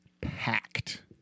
packed